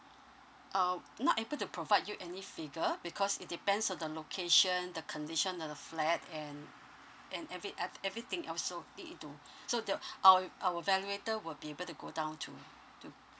uh not able to provide you any figure because it depends on the location the condition of the flat and and every and everything else so need it to so there'll our our valuator will be able to go down to to